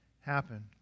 happen